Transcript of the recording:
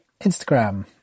Instagram